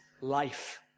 life